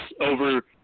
over